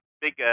big